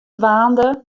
dwaande